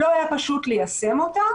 לא היה פשוט ליישם אותה